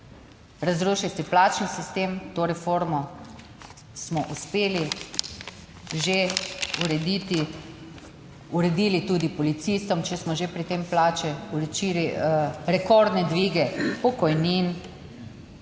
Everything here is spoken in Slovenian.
Razrušili ste plačni sistem, to reformo smo uspeli že urediti, uredili tudi policistom, če smo že pri tem, plače, / nerazumljivo/ rekordne dvige pokojnin.